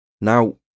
Now